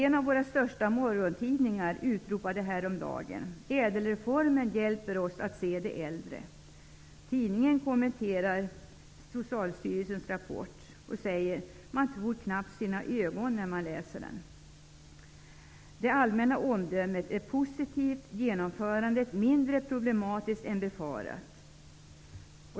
En av våra största morgontidningar utropade häromdagen: ''Ädelreformen hjälper oss se de äldre!'' Tidningen kommenterar Socialstyrelsens rapport och säger att man knappt tror sina ögon när man läser den. Det allmänna omdömet är positivt och genomförandet mindre problematiskt än befarat.